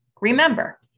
Remember